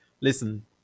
listen